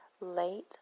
late